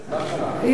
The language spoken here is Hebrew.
יופי.